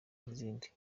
n’izindi